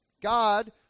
God